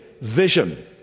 vision